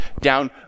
down